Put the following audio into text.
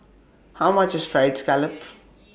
How much IS Fried Scallop